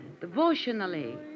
devotionally